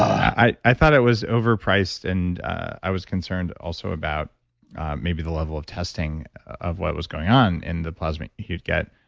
i i thought it was overpriced, and i was concerned also about maybe the level of testing of what was going on in the plasma he would get.